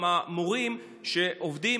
גם המורים שעובדים,